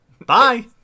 Bye